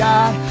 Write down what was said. God